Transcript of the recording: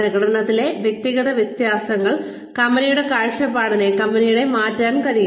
പ്രകടനത്തിലെ വ്യക്തിഗത വ്യത്യാസങ്ങൾ കമ്പനിയുടെ കാഴ്ചപ്പാടിനെ കമ്പനിയെ മാറ്റാൻ കഴിയും